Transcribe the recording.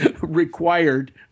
required